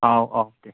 औ औ दे